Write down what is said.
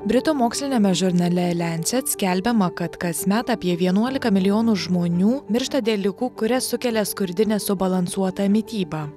britų moksliniame žurnale lencet skelbiama kad kasmet apie vienuolika milijonų žmonių miršta dėl ligų kurias sukelia skurdi nesubalansuota mityba